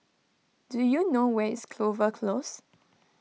do you know where is Clover Close